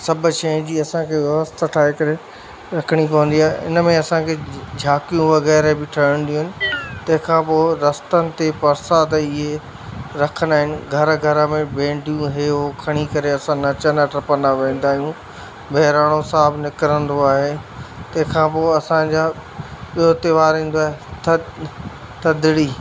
सब शइ जी असांखे व्यवस्था ठाए करे रखिणी पवंदी आहे इन में असांख़े झांकियूं वगैरा बि ठहंदियूं आहिनि तंहिंखां ओ पो रस्तन ते परसाद इहे रखंदा आहिनि घर घर में बैंडियूं इहे उहो खणी करे असां नचंदा टपंदा वेंदा आहियूं बहिराणो साहिबु निकिरंदो आहे तंहिंखां पोइ असांजा ॿियो त्योहारु ईंदो आहे थधि थधिड़ी